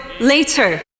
later